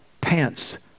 pants